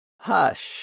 Hush